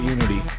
Unity